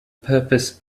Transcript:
purpose